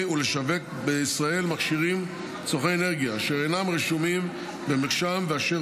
ולשווק בישראל מכשירים צורכי אנרגיה אשר אינם רשומים במרשם ואשר